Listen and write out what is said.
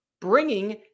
bringing